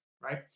right